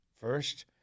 First